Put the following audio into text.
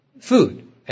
food